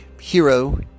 hero